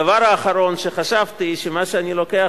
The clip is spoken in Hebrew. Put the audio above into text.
הדבר האחרון שחשבתי הוא שמה שאני לוקח